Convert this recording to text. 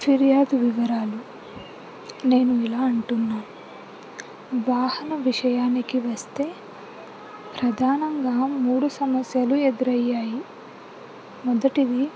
ఫిర్యాదు వివరాలు నేను ఇలా అంటున్నాను వాహన విషయానికి వస్తే ప్రధానంగా మూడు సమస్యలు ఎదురయ్యాయి మొదటిది